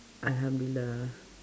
alhamdulillah